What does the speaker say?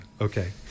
Okay